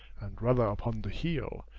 and rather upon the heel,